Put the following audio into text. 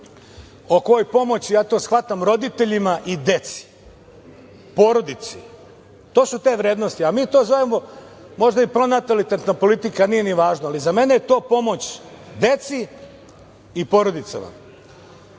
oko ove pomoći, ja to shvatam roditeljima i deci, porodici to su te vrednosti, a mi to zovemo možda i pronatalitetna politika nije ni važno, ali za mene je to pomoć deci i porodicama,